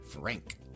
Frank